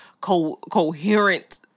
coherent